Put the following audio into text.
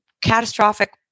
catastrophic